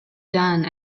done